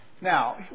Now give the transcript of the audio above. Now